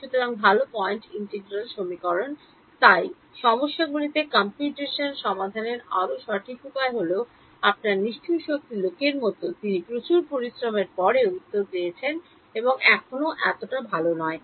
সুতরাং ভাল point integral সমীকরণ তাই সমস্যাগুলিতে কম্পিউটেশনালি সমাধানের আরও সঠিক উপায়গুলি হল আপনার নিষ্ঠুর শক্তি লোকের মতো তিনি প্রচুর পরিশ্রমের পরেও উত্তর পেয়েছেন এবং এখনও এতটা ভাল নয়